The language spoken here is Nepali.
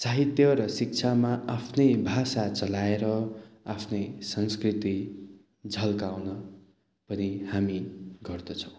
साहित्य र शिक्षामा आफ्नै भाषा चलाएर आफ्नै संस्कृति झल्काउने पनि हामी गर्दछौँ